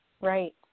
Right